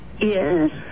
Yes